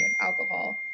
alcohol